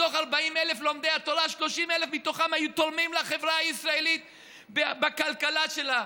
מתוך 40,000 לומדי התורה 30,000 היו תורמים לחברה הישראלית בכלכלה שלה,